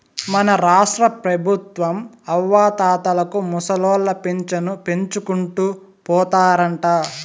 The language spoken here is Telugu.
మన రాష్ట్రపెబుత్వం అవ్వాతాతలకు ముసలోళ్ల పింఛను పెంచుకుంటూ పోతారంట